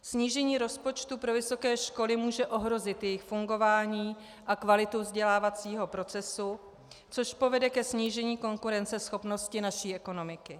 Snížení rozpočtu pro vysoké školy může ohrozit jejich fungování a kvalitu vzdělávacího procesu, což povede ke snížení konkurenceschopnosti naší ekonomiky.